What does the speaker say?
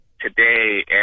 today